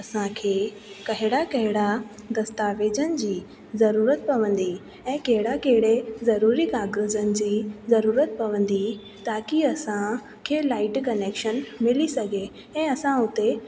असांखे कहिड़ा कहिड़ा दस्तावेज़नि जी ज़रूरत पवंदी ऐं कहिड़ा कहिड़े ज़रूरी काग़ज़नि जी ज़रूरत पवंदी ताकी असांखे लाइट कनैक्शन मिली सघे ऐं असां उते